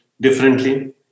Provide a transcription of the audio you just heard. differently